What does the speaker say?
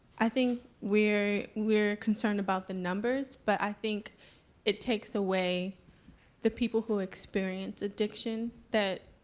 i think we're we're concerned about the numbers but i think it takes away the people who experience addictions that